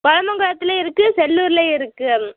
கொலமங்கலத்துலையும் இருக்கு செல்லூர்லையும் இருக்கு